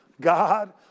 God